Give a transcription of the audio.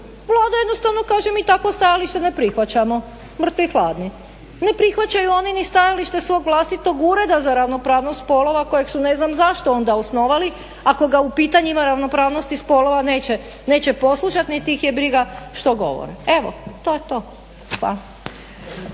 Vlada jednostavno kaže mi takvo stajalište ne prihvaćamo, mrtvi hladni, ne prihvaćaju oni ni stajalište svog vlastitog Ureda za ravnopravnost spolova kojeg su ne znam zašto onda osnovali, ako ga u pitanjima ravnopravnosti spolova neće poslušati niti ih je briga što govore. Evo to je to. Hvala.